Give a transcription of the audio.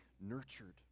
nurtured